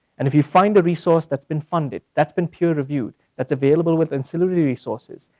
and if you find a resource that's been funded, that's been peer reviewed, that's available with ancillary resources.